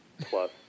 plus